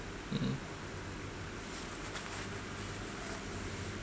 mmhmm